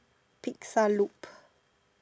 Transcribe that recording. pixel loop